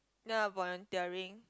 ya volunteering